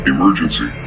Emergency